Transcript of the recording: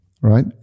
Right